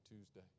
Tuesday